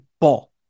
ball